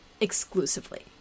exclusively